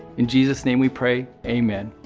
in jesus' name we pray. amen.